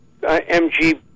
MG